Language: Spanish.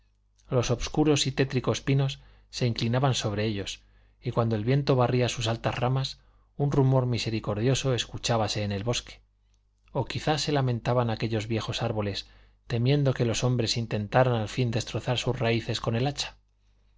los obscuros y tétricos pinos se inclinaban sobre ellos y cuando el viento barría sus altas ramas un rumor misericordioso escuchábase en el bosque o quizá se lamentaban aquellos viejos árboles temiendo que los hombres intentaran al fin destrozar sus raíces con el hacha